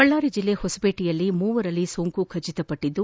ಬಳ್ದಾರಿ ಜಿಲ್ಲೆ ಹೊಸಪೇಟೆಯಲ್ಲಿ ಮೂವರಲ್ಲಿ ಸೋಂಕು ದೃಢಪಟ್ಟಿದ್ದು